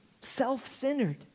self-centered